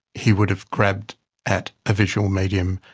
he would have grabbed at a visual medium.